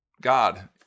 God